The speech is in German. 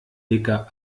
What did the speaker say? dicker